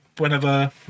Whenever